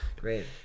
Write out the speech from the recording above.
Great